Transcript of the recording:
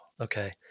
okay